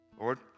Lord